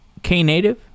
Knative